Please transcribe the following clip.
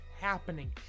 happening